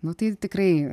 nu tai tikrai